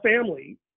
family